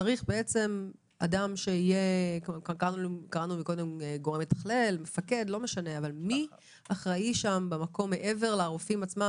צריך שיהיה אדם אחראי במקום מעבר לרופאים,